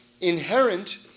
inherent